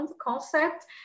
concept